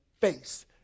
face